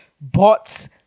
bots